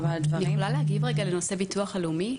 אני יכולה להגיב רגע על הנושא של הביטוח הלאומי?